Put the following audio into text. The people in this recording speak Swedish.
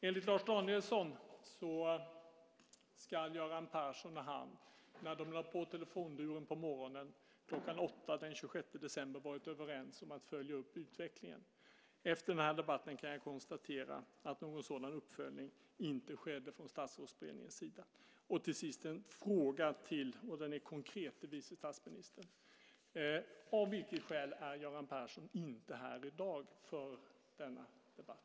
Enligt Lars Danielsson ska Göran Persson och han, när de lade på telefonluren på morgonen kl. 8 den 26 december, ha varit överens om att följa upp utvecklingen. Efter den här debatten kan jag konstatera att någon sådan uppföljning inte skedde från Statsrådsberedningens sida. Till sist vill jag ställa en konkret fråga till vice statsministern. Av vilket skäl är Göran Persson inte här i dag för denna debatt?